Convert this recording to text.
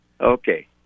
Okay